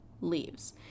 leaves